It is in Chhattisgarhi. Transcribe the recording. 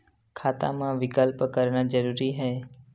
खाता मा विकल्प करना जरूरी है?